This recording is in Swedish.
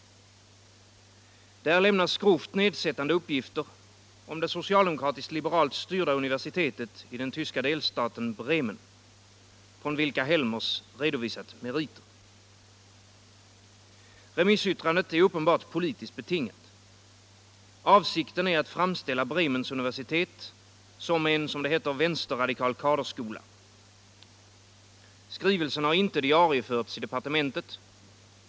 Där lämnas grovt nedsättande uppgifter om det socialdemokratiskt-liberalt styrda universitetet i den tyska del staten Bremen, från vilket Helmers har redovisat meriter. Remissyttrandet är uppenbart politiskt betingat. Avsikten är att framställa Bremens universitet som en ”vänsterradikal kaderskola”, som uttrycket i skrivelsen lyder. Skrivelsen har ej diarieförts i departementet.